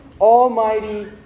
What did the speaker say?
almighty